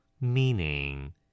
Meaning